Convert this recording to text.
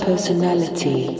personality